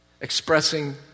expressing